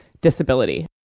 disability